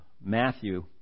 Matthew